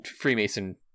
Freemason